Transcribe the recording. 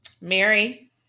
Mary